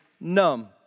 numb